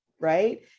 right